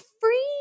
free